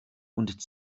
und